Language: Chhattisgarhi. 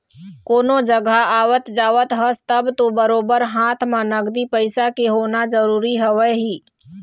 कोनो जघा आवत जावत हस तब तो बरोबर हाथ म नगदी पइसा के होना जरुरी हवय ही